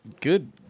Good